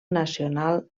nacional